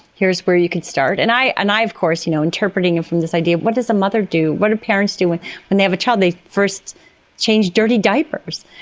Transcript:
here's where you can start. and i and i of course. you know interpreting it from this idea of what does a mother do, what do parents do when when they have a child? they first change dirty diapers.